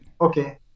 Okay